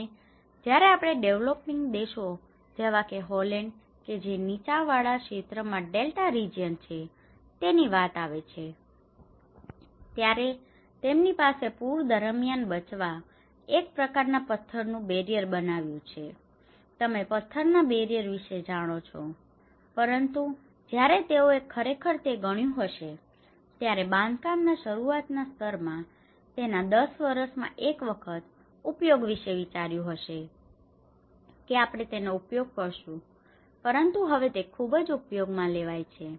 અને જયારે આપણે ડેવલોપીંગ દેશો જેવા કે હોલેન્ડ કે જે નીચાં વાળા ક્ષેત્ર માં ડેલ્ટા રિજિયન છે તેની વાત આવે છે ત્યારે તેમની પાસે પૂર દરમિયાન બચવા માટે એક પ્રકારના પથ્થર નું બેરીયર બનાવ્યું છે તમે પથ્થર ના બેરીયર વિશે જાણો છો પરંતુ જયારે તેઓએ ખરેખર તે ગણ્યું હશે ત્યારે બાંધકામ ના શરૂઆત ના સ્તર માં તેના 10 વર્ષ માં એક વખત તેના ઉપયોગ વિશે વિચાર્યું હશે કે આપણે તેનો ઉપયોગ કરીશું પરંતુ હવે તે ખુબજ ઉપયોગમાં લેવાય છે